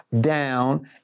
down